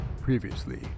Previously